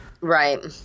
Right